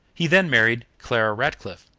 he then married clara ratcliffe,